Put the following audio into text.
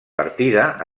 partida